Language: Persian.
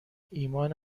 ایمان